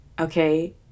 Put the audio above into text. okay